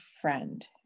friend